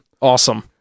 Awesome